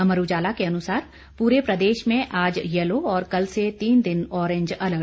अमर उजाला के अनुसार पूरे प्रदेश में आज येलो और कल से तीन दिन ऑरेंज अलर्ट